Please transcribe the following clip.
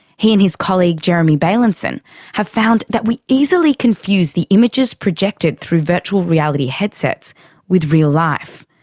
he and his colleague jeremy bailenson have found that we easily confuse the images projected through virtual reality headsets with real life.